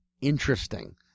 Interesting